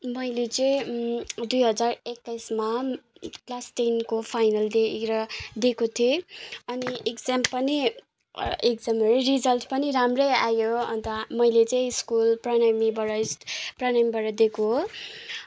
मैले चाहिँ दुई हजार एक्काइसमा क्लास टेनको फाइनल दिएर दिएको थिएँ अनि इक्जाम पनि इक्जाम अरे रिजल्ट पनि राम्रै आयो अन्त मैले चाहिँ स्कुल प्रणामीबाट इस्ट प्रणामीबाट दिएको हो